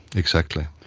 exactly.